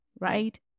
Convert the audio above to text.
right